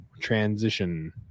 transition